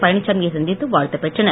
பழனிச்சாமி யைச் சந்தித்து வாழ்த்து பெற்றனர்